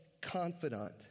confidant